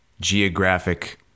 geographic